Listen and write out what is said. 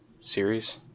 series